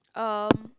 um